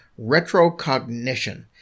retrocognition